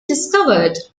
discovered